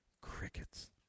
crickets